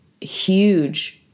huge